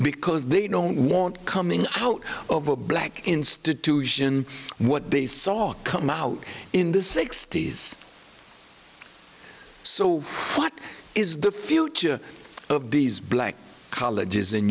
because they don't want coming out of a black institution what they saw come out in the sixty's so what is the future of these black colleges and